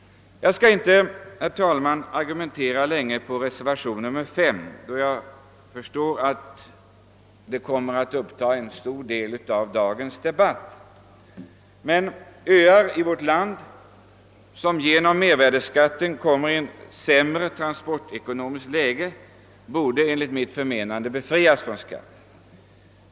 Jag skall inte, herr talman, argumentera länge beträffande reservationen nr 5, då jag förstår att denna kommer att uppta en stor del av dagens debatt. Men öar i vårt land, som genom mervärdeskatten råkar i sämre transportekonomiskt läge, borde enligt mitt förmenande befrias från sådan skatt.